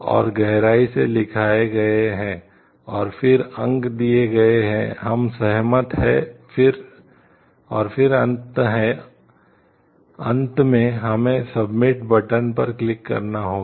और गहराई से लिखा गया है और फिर अंक दिए गए हैं हम सहमत हैं और फिर अंत में हमें सबमिट बटन करना होगा